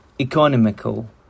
economical